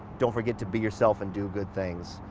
don't forget to be yourself and do good things.